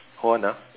hold on ah